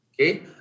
Okay